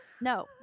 No